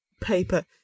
paper